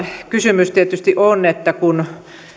kysymys tietysti on että kun